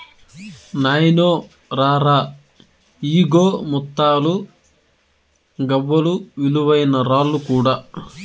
నాయినో రా రా, ఇయ్యిగో ముత్తాలు, గవ్వలు, విలువైన రాళ్ళు కూడా